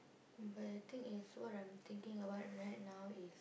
but the thing is what I'm thinking about right now is